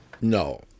No